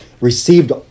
received